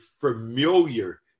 familiar